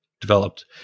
developed